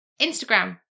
Instagram